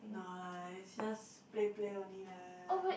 nice just play play only lah